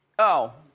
oh.